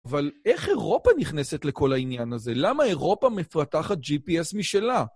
אבל איך אירופה נכנסת לכל העניין הזה? למה אירופה מפתחת GPS משלה?